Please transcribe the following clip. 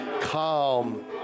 calm